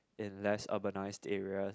in less urbanised areas